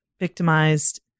victimized